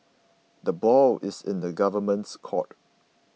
the ball is in the Government's court